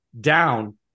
down